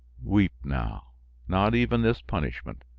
weep now not even this punishment,